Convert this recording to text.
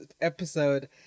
episode